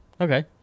Okay